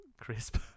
Crisp